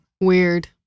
Weird